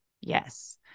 Yes